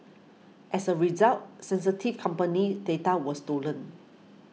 as a result sensitive company data was stolen